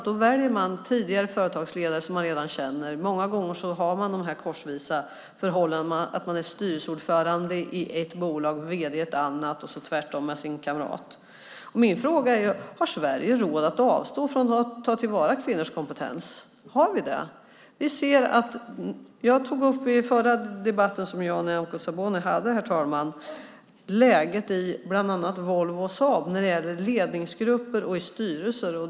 Då väljer man tidigare företagsledare som man redan känner. Många gånger har man det korsvisa förhållandet med sin kamrat att man är styrelseordförande i ett bolag och vd i ett annat och vice versa. Har Sverige råd att avstå från att ta till vara kvinnors kompetens? Har vi det? I min förra debatt med Nyamko Sabuni tog jag upp läget i bland andra Volvo och Saab när det gällde ledningsgrupper och styrelser.